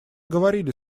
говорили